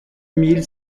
mille